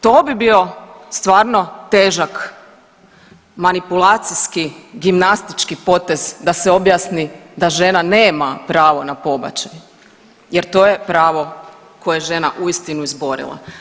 To bi bio stvarno težak manipulacijski gimnastički potez da je objasni da žena nema pravo na pobačaj jer to je pravo koje je žena uistinu izborila.